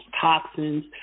toxins